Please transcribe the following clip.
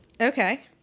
Okay